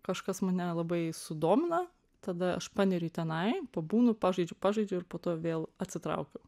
kažkas mane labai sudomina tada aš paneriu į tenai pabūnu pažaidžiu pažaidžiu ir po to vėl atsitraukiu